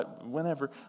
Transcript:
whenever